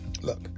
look